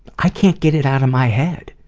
i can't get it out of my head!